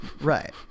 right